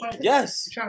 yes